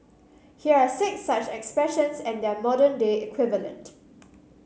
here are six such expressions and their modern day equivalent